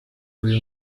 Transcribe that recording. uyu